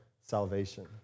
salvation